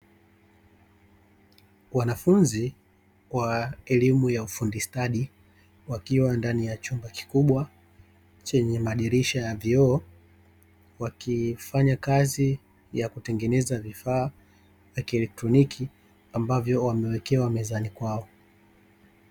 Wanafunzi wa elimu ya ufundi stadi wakiwa ndani ya chumba kikubwa; chenye madirisha ya vioo, wakifanya kazi ya kutengeneza vifaa vya kielektroniki ambavyo wamewekewa mezani kwao.